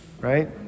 right